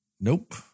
Nope